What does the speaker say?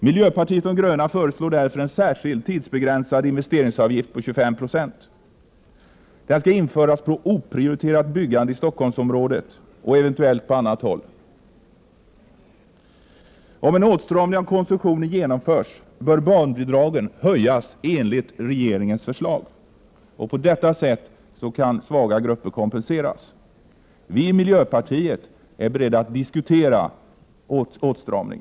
Miljöpartiet de gröna föreslår därför att en särskild tidsbegränsad investeringsavgift på 25 96 skall införas på oprioriterat byggande i Stockholmsområdet, eventuellt också på annat håll. Om en åtstramning av konsumtionen genomförs bör barnbidragen höjas enligt regeringens förslag. På detta sätt kan svaga grupper kompenseras. Vi i miljöpartiet de gröna är beredda att diskutera en åtstramning.